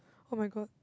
[oh]-my-god